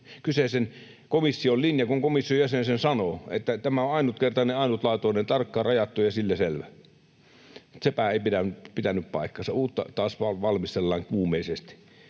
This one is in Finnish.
kyseisen komission linja, kun komission jäsen niin sanoo: tämä on ainutkertainen, ainutlaatuinen, tarkkaan rajattu ja sillä selvä. Sepä ei pitänyt paikkaansa, uutta taas vaan valmistellaan kuumeisesti.